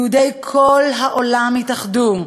יהודי כל העולם התאחדו,